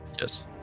Yes